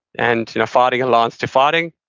and you know fighting aligns to fighting,